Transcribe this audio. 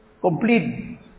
complete